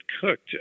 cooked